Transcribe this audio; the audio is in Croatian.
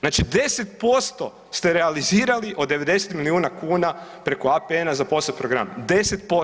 Znači 10% ste realizirali od 90 milijuna kuna preko APN-a za POS-ov program, 10%